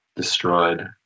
destroyed